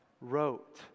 wrote